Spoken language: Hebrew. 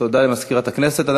תודה למזכירת הכנסת.